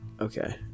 Okay